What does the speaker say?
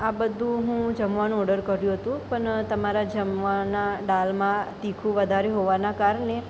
આ બધું હું જમવાનું ઓડર કર્યુ હતું પણ તમારા જમવાના દાળમાં તીખું વધારે હોવાના કારણે